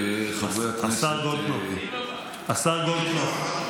לפחות בדיון שעוסק בנושא הסתה בואו ננסה לשמור על כמה טונים למטה.